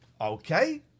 Okay